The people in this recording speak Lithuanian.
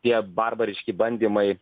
tie barbariški bandymai